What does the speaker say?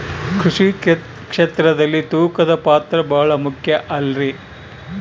ಕೃಷಿ ಕ್ಷೇತ್ರದಲ್ಲಿ ತೂಕದ ಪಾತ್ರ ಬಹಳ ಮುಖ್ಯ ಅಲ್ರಿ?